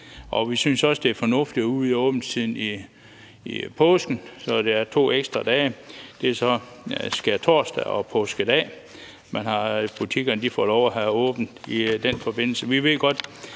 Vi synes også, det er fornuftigt at udvide åbningstiden i påsken, så der er to ekstra dage. Det er så skærtorsdag og påskedag, butikkerne får lov at have åbent i den forbindelse.